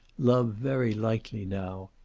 love very lightly now,